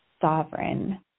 sovereign